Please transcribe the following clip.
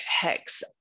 hex